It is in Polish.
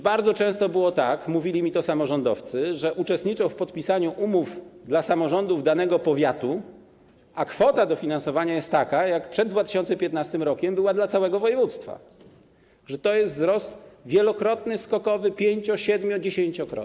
Bardzo często było tak, że samorządowcy mówili mi, że uczestniczą w podpisaniu umów dla samorządów danego powiatu, a kwota dofinansowania jest taka, jak przed 2015 r. była dla całego województwa, że to jest wzrost wielokrotny skokowy, pięcio-, siedmio-, dziesięciokrotny.